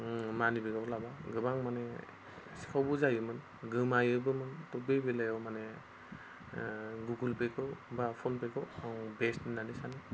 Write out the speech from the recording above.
मानि बेगाव लायोबा गोबां माने सिखावबो जाहैयोमोन गोमायोबोमोन त' बे बेलायावनो माने गुगोलपेखौ बा फ'नपेखौ आं बेस्ट होननानै सानो